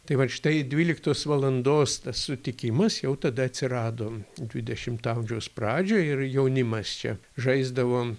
tai vat štai dvyliktos valandos tas sutikimas jau tada atsirado dvidešimto amžiaus pradžioj ir jaunimas čia žaisdavo